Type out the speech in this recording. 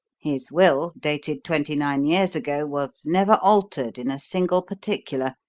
his will, dated twenty-nine years ago, was never altered in a single particular.